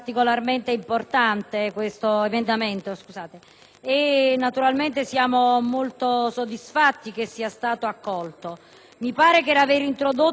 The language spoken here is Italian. e naturalmente siamo molto soddisfatti che lo stesso verrà accolto. Mi sembra che l'aver introdotto la trasparenza come uno dei livelli essenziali